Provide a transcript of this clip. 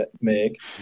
make